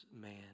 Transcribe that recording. man